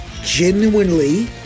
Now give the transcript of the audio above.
genuinely